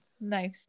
nice